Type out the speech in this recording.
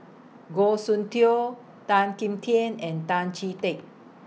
Goh Soon Tioe Tan Kim Tian and Tan Chee Teck